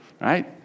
right